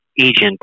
agent